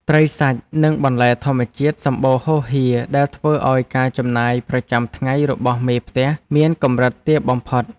ត្រីសាច់ និងបន្លែធម្មជាតិសម្បូរហូរហៀរដែលធ្វើឱ្យការចំណាយប្រចាំថ្ងៃរបស់មេផ្ទះមានកម្រិតទាបបំផុត។